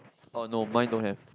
oh no mine don't have